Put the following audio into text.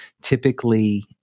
typically